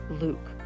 Luke